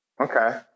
Okay